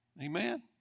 Amen